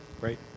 great